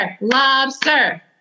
lobster